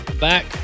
back